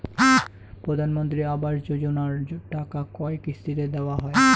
প্রধানমন্ত্রী আবাস যোজনার টাকা কয় কিস্তিতে দেওয়া হয়?